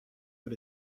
put